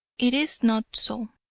it is not so.